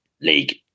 League